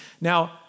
Now